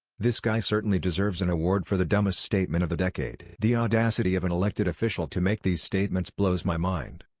this guy certainly deserves an award for the dumbest statement of the decade. the audacity of an elected official to make these statements blows my mind.